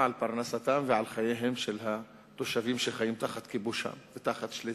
לפרנסתם ולחייהם של התושבים שחיים תחת כיבושה ותחת שליטתה.